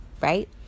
right